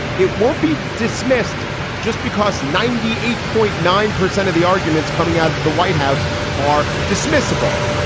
it won't be dismissed just because ninety eight point nine percent of the arguments coming out of the white house are dismissible.